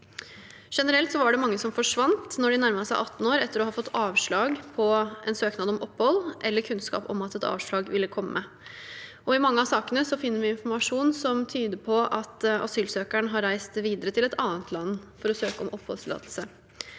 Generelt var det mange som forsvant når de nærmet seg 18 år, etter å ha fått avslag på en søknad om opphold eller kunnskap om at et avslag ville komme. I mange av sakene finner vi informasjon som tyder på at asylsøkeren har reist videre til et annet land for å søke om oppholdstillatelse.